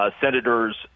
Senators